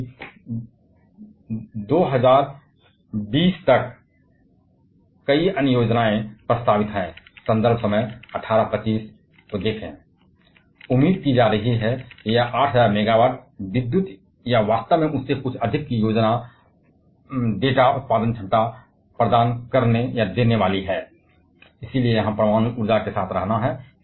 और 2020 तक जबकि कई अन्य योजनाएं इसलिए परमाणु ऊर्जा यहां रहने के लिए है